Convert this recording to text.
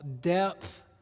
depth